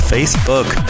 Facebook